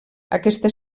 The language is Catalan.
aquesta